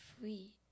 free